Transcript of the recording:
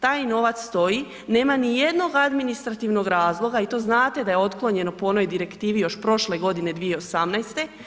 Taj novac stoji, nema nijednog administrativnog razloga i to znate da je otklonjeno po onoj direktivi još prošle godine, 2018.